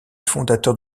fondateur